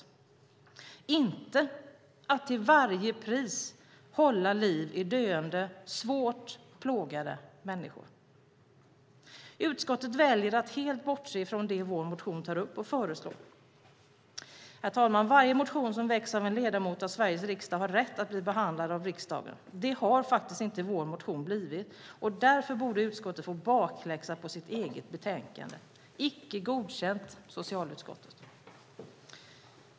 Det handlar inte om att till varje pris hålla liv i döende, svårt plågade människor. Utskottet väljer att helt bortse från det vår motion tar upp och föreslår. Herr talman! Varje motion som väcks av en ledamot av Sveriges riksdag har rätt att bli behandlad av riksdagen. Det har faktiskt inte vår motion blivit, och därför borde utskottet få bakläxa på sitt eget betänkande. Icke godkänt, socialutskottet!